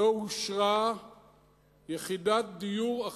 לא אושרה יחידת דיור אחת,